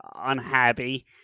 unhappy